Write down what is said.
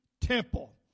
temple